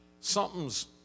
Something's